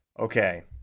Okay